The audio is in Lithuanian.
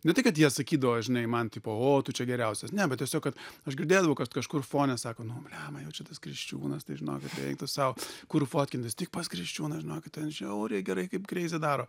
ne tai kad jie sakydavo žinai man tipo o tu čia geriausias ne bet tiesiog kad aš girdėdavau kad kažkur fone sako nu blemba jau čia tas kriščiūnas tai žinok jisai eik tu sau kur fotkintis tik pas kriščiūną žinokit ten žiauriai gerai kaip kreizi daro